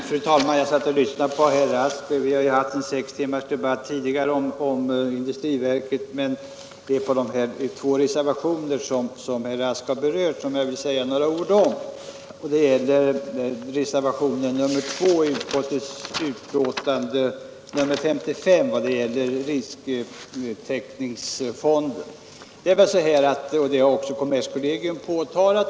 Fru talman! Vi har nu haft en sex timmars debatt om industriverket, men efter att ha lyssnat på herr Rask vill jag ändå säga några ord om de två reservationer som han berörde. Det är de reservationer om risktäckningsfonden som återfinns i näringsutskottets betänkande nr 55.